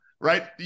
right